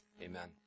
Amen